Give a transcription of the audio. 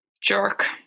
Jerk